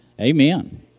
Amen